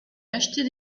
acheter